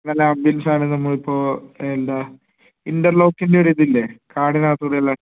നല്ല ആമ്പിയൻസാണ് നമ്മൾ ഇപ്പോൾ എന്താ ഇൻറ്റർലോക്കിൻ്റെ ഒരു ഇതില്ലേ കാടിന് അകത്ത് കൂടെ ഉള്ള